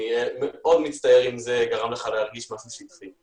אני מאוד מצטער אם זה גרם לך להרגיש משהו שטחי.